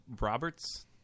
Roberts